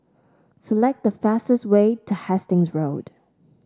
select the fastest way to Hastings Road